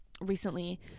recently